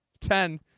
Ten